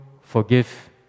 forgive